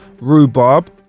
rhubarb